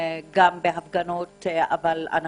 כולנו צפינו בהפגנות בשבוע האחרון, אנחנו